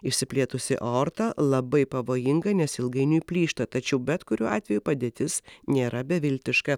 išsiplėtusi aorta labai pavojinga nes ilgainiui plyšta tačiau bet kuriuo atveju padėtis nėra beviltiška